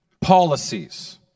policies